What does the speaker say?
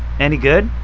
any good?